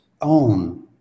own